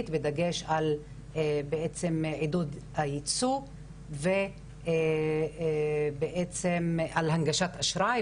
בדגש על עידוד הייצוא ועל הנגשת אשראי,